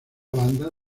banda